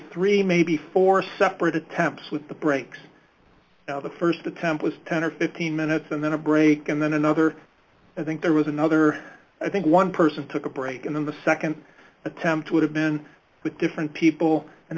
three maybe four separate attempts with the brakes well the st attempt was ten or fifteen minutes and then a break and then another i think there was another i think one person took a break and then the nd attempt would have been with different people and